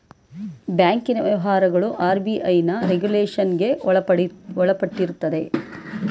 ಬ್ಯಾಂಕಿನ ವ್ಯವಹಾರಗಳು ಆರ್.ಬಿ.ಐನ ರೆಗುಲೇಷನ್ಗೆ ಒಳಪಟ್ಟಿರುತ್ತದೆ